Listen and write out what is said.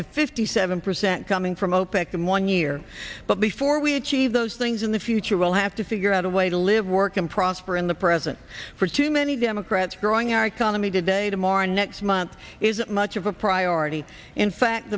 to fifty seven percent coming from opec in one year but before we achieve those things in the future we'll have to figure out a way to live work and prosper in the present for too many democrats growing our economy today tomorrow or next month isn't much of a priority in fact